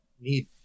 need